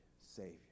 Savior